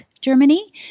germany